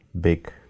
big